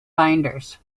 binders